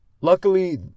luckily